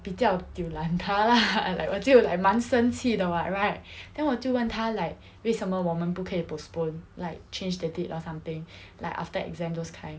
比较 diu lan 她 lah 我就 like 蛮生气的 [what] right then 我就问她 like 为什么我们不可以 postpone like change the date or something like after exam those kind